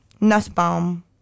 Nussbaum